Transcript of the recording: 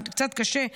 אז קצת קשה,